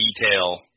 detail